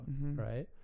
Right